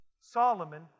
Solomon